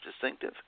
distinctive